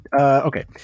Okay